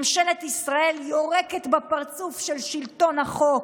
ממשלת ישראל יורקת בפרצוף של שלטון החוק.